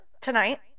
tonight